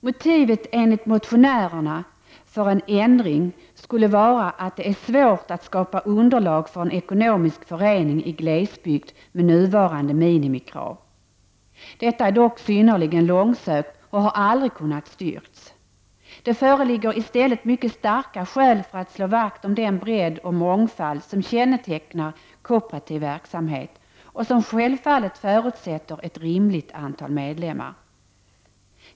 Motivet enligt motionärerna för en ändring skulle vara att det är svårt att skapa underlag för en ekonomisk förening i glesbygd med nuvarande minimikrav. Det är dock synnerligen långsökt och har aldrig kunnat styrkas. Det föreligger i stället mycket starka skäl för att slå vakt om den bredd och mångfald som kännetecknar kooperativ verksamhet och som självfallet förutsätter ett rimligt antal medlemmar.